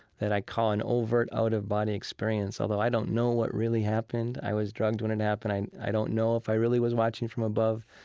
that i call an overt, out-of-body experience, although i don't know what really happened. i was drugged when it happened. i i don't know if i really was watching from above,